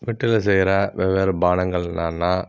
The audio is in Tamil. வீட்டில் செய்கிற வெவ்வேறு பானங்கள் என்னென்னா